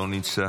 לא נמצא,